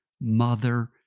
mother